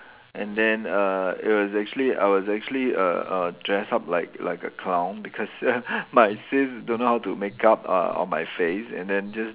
and then uh it was actually I was actually err err dressed up like like a clown because my sis don't know how to make up uh on my face and then just